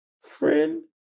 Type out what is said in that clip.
friend